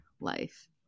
life